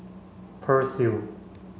Persil